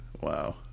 Wow